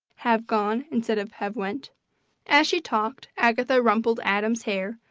have gone instead of have went as she talked agatha rumpled adam's hair,